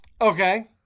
Okay